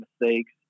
mistakes